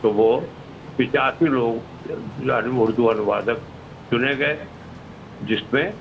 تو وہ پچاسی لوگ اردو انوادک چنے گئے جس میں